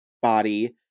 Body